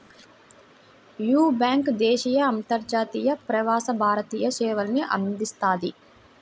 యీ బ్యేంకు దేశీయ, అంతర్జాతీయ, ప్రవాస భారతీయ సేవల్ని అందిస్తది